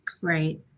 Right